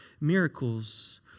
miracles